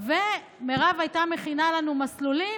ומירב הייתה מכינה לנו מסלולים,